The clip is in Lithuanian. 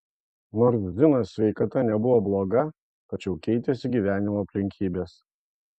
nors zinos sveikata nebuvo bloga tačiau keitėsi gyvenimo aplinkybės